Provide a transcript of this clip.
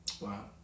Wow